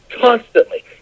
constantly